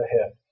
ahead